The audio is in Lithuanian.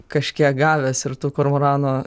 kažkiek gavęs ir tų kormoranų